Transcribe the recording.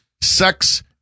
Sex